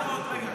רגע.